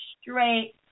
straight